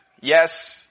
yes